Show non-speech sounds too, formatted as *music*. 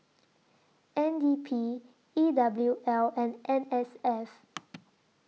N D P E W L and N S F *noise*